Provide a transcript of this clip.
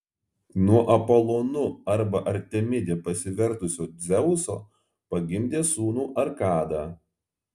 nuo apolonu arba artemide pasivertusio dzeuso pagimdė sūnų arkadą